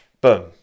boom